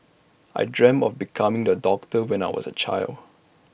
I dreamt of becoming A doctor when I was A child